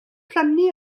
prynu